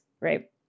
right